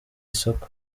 isoko